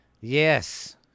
Yes